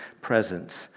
presence